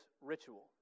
ritual